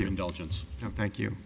your indulgence thank you